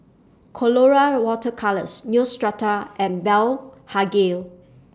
Colora Water Colours Neostrata and Blephagel